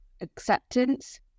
acceptance